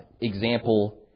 example